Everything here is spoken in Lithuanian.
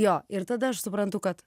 jo ir tada aš suprantu kad